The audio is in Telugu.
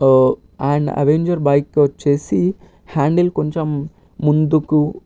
అండ్ అవెంజర్ బైక్కి వచ్చేసి హ్యాండిల్ కొంచెం ముందుకు